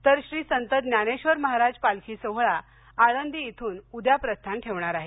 तर श्री संत ज्ञानेश्वर महाराज पालखी सोहळा आळंदी इथुन उद्या प्रस्थान ठेवणार आहे